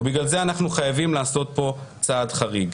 ובגלל זה אנחנו חייבים לעשות פה צעד חריג.